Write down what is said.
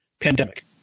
pandemic